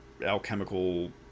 alchemical